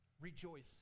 Rejoice